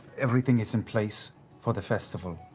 everything is in place for the festival.